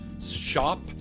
Shop